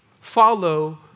follow